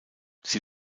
sie